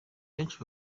benshi